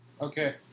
Okay